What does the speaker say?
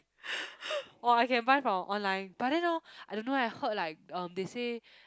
!wah! I can buy from online but then hor I don't know eh I heard like um they say